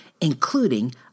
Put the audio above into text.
including